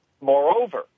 Moreover